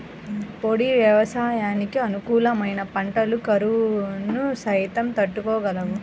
పొడి వ్యవసాయానికి అనుకూలమైన పంటలు కరువును సైతం తట్టుకోగలవు